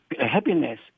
happiness